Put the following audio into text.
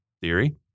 theory